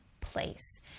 place